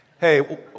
Hey